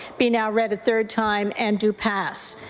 be now read a third time and do pass.